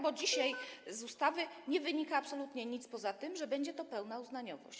Bo dzisiaj z ustawy nie wynika absolutnie nic poza tym, że będzie to pełna uznaniowość.